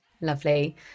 Lovely